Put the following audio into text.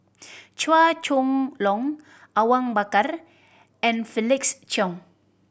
Chua Chong Long Awang Bakar and Felix Cheong